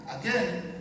again